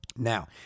Now